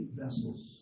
vessels